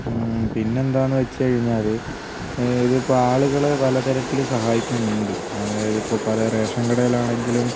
പിന്നെന്താണെന്ന് വച്ചു കഴിഞ്ഞാൽ ഇതിപ്പോൾ ആളുകളെ പലതരത്തിൽ സഹായിക്കുന്നുണ്ട് അതായത് ഇപ്പോൾ പല റേഷൻ കടയിലാണെങ്കിലും